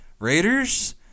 Raiders